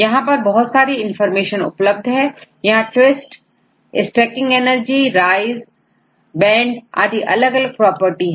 यहां पर बहुत सारी इनफार्मेशन उपलब्ध है यहां twist सट्रैकिंगएनर्जीrise बैंड आदि अलग अलग प्रॉपर्टी है